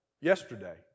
yesterday